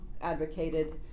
advocated